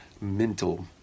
mental